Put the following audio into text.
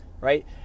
right